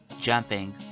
jumping